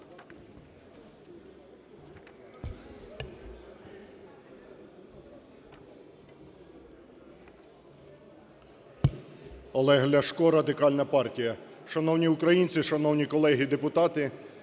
Олег Ляшко, Радикальна партія. Шановні українці, шановні колеги і депутати,